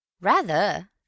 Rather